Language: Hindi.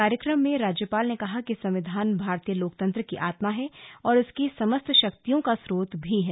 कार्यक्रम में राज्यपाल ने कहा कि संविधान भारतीय लोकतंत्र की आत्मा है और इसकी समस्त शक्तियों का स्रोत भी है